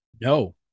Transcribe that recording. No